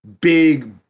big